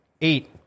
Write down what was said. eight